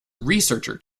researcher